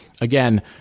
again